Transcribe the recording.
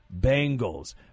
Bengals